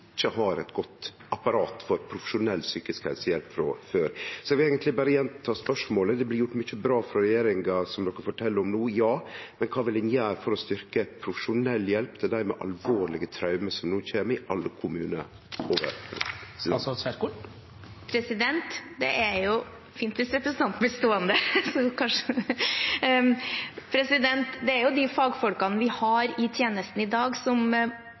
har eit godt apparat for profesjonell psykisk helse-hjelp frå før. Eg vil eigentleg berre gjenta spørsmålet. Det blir gjort mykje bra frå regjeringa, som ein fortel om no, men kva vil ein gjere for å styrkje profesjonell hjelp til dei med alvorlege traume som no kjem til kommunar over heile landet? Det er de fagfolkene vi har i tjenesten i dag, som skal gi hjelp til dem som kommer. Det vi helt konkret har gjort nå, er at vi har